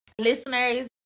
Listeners